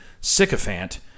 sycophant